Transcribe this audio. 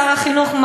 שר החינוך,